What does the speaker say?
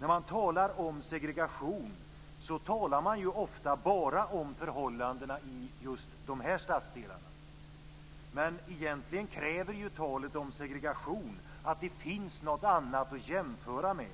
När man talar om segregationen talar man ofta bara om förhållandena i just de här stadsdelarna, men egentligen kräver talet om segregation att det finns något att jämföra med.